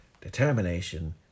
determination